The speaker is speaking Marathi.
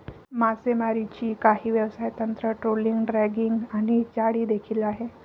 मासेमारीची काही व्यवसाय तंत्र, ट्रोलिंग, ड्रॅगिंग आणि जाळी देखील आहे